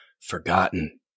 forgotten